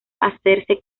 hacerse